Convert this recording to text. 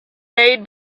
made